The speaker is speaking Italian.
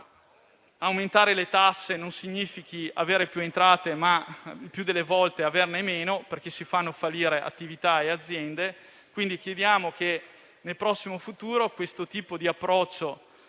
che aumentare le tasse non significhi avere più entrate, ma il più delle volte significa averne meno, perché si fanno fallire attività e aziende. Chiediamo quindi che, nel prossimo futuro, questo tipo di approccio